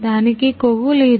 దానికి కొవ్వు లేదు